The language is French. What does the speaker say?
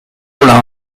rollin